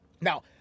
now